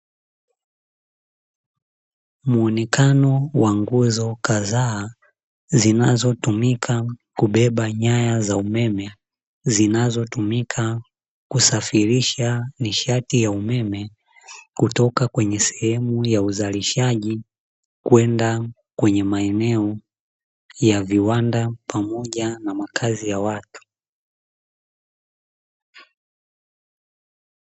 Muonekano wa nguzo kadhaa, zinazotumika kubeba nyaya za umeme, zinazotumika kusafirisha nishati ya umeme kutoka kwenye sehemu ya uzalishaji, kwenda kwenye maeneo ya viwanda pamoja na makazi ya watu.